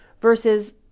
Versus